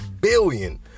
billion